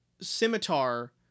scimitar